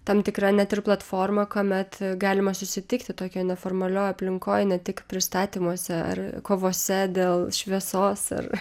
tam tikra net ir platforma kuomet galima susitikti tokioj neformalioj aplinkoj ne tik pristatymuose ar kovose dėl šviesos ar